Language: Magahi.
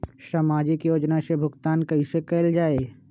सामाजिक योजना से भुगतान कैसे कयल जाई?